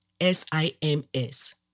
S-I-M-S